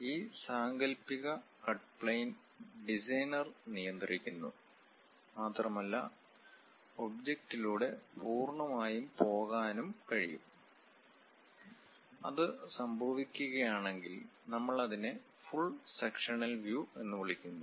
ഈ സാങ്കൽപ്പിക cut plane designer നിയന്ത്രിക്കുന്നു മാത്രമല്ല ഒബ്ജക്റ്റിലൂടെ പൂർണ്ണമായും പോകാനും കഴിയും അത് സംഭവിക്കുകയാണെങ്കിൽ നമ്മൾ അതിനെ ഫുൾ സെക്ഷനൽ വ്യൂ എന്ന് വിളിക്കുന്നു